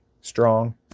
strong